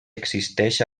existeix